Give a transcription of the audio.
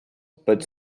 but